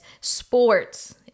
sports